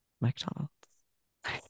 McDonald's